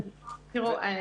ותצליחו.